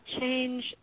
change